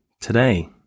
today